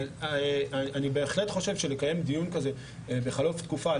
אני בהחלט חושב שלקיים דיון כזה בחלוף תקופה,